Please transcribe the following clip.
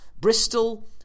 Bristol